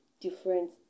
different